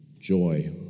joy